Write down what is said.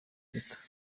teta